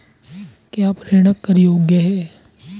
क्या प्रेषण कर योग्य हैं?